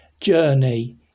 journey